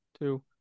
two